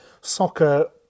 soccer